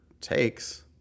takes